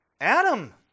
Adam